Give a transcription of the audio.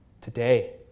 today